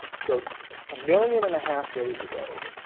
so a million and a half days ago